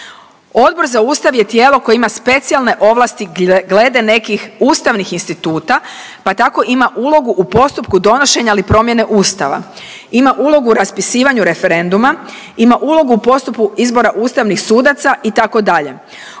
Odbor za Ustav je tijelo koje ima specijalne ovlasti glede nekih ustavnih instituta, pa tako ima ulogu u postupku donošenja ili promjene Ustava, ima ulogu raspisivanju referenduma, ima ulogu u postupku izbora ustavnih sudaca itd..